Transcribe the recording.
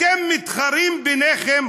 אתם מתחרים ביניכם,